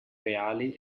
reali